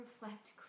reflect